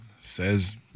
Says